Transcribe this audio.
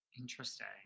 Interesting